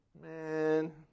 Man